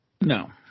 no